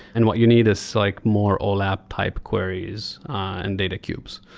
and what you need is like more olap type queries and data cubes.